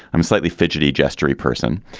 i'm slightly fidgety, gesturing person.